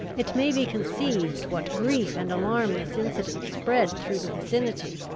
it may be conceived, what grief and alarm this incident spread through the vicinity.